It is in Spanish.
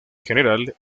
general